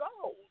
gold